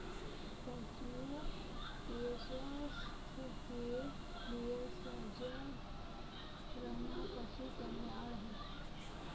पशुओं के स्वास्थ्य के लिए सजग रहना पशु कल्याण है